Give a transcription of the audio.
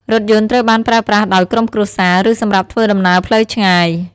រថយន្តត្រូវបានប្រើប្រាស់ដោយក្រុមគ្រួសារ ឬសម្រាប់ធ្វើដំណើរផ្លូវឆ្ងាយ។